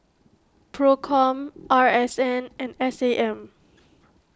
Procom R S N and S A M